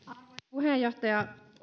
puheenjohtaja